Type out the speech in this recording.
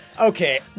Okay